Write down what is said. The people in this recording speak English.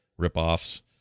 ripoffs